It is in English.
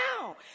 now